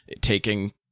taking